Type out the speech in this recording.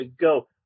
go